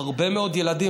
שהרבה מאוד ילדים,